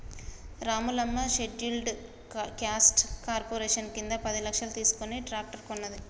Ramulamma scheduled caste corporation కింద పది లక్షలు తీసుకుని ట్రాక్టర్ కొన్నది